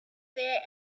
there